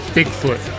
Bigfoot